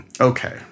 Okay